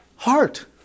heart